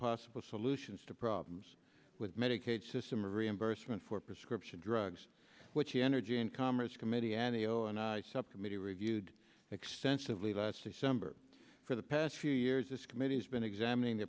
possible solutions to problems with medicaid system reimbursement for prescription drugs which the energy and commerce committee and the o and i subcommittee reviewed extensively last december for the past few years this committee has been examining the